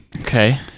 Okay